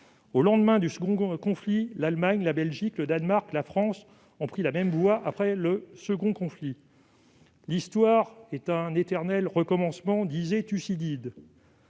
Au lendemain du second conflit mondial, l'Allemagne, la Belgique, le Danemark et la France ont pris la même voie. L'Histoire est un éternel recommencement, disait Thucydide.